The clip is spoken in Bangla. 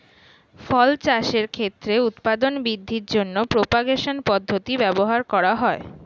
ফল চাষের ক্ষেত্রে উৎপাদন বৃদ্ধির জন্য প্রপাগেশন পদ্ধতি ব্যবহার করা হয়